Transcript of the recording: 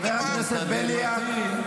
אתה ראית פעם את נתוני הנוכחות שלי?